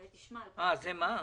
אה, זה מע"מ.